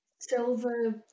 silver